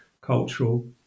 cultural